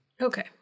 Okay